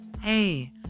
Hey